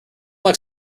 like